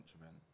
event